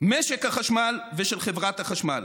משק החשמל ושל חברת החשמל,